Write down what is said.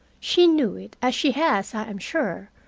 she knew it, as she has, i am sure,